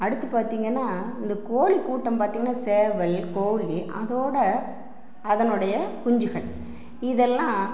அடுத்து பார்த்திங்கன்னா இந்த கோழி கூட்டம் பார்த்திங்கன்னா சேவல் கோழி அதோட அதனுடைய குஞ்சுகள் இதெல்லாம்